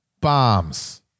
bombs